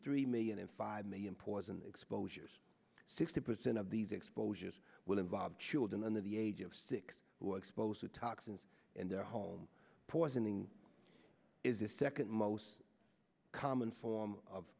three million and five million poison exposures sixty percent of these exposures will involve children under the age of six who are exposed to toxins in their home poisoning is the second most common form of